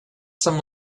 some